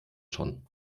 schon